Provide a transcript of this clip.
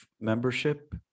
membership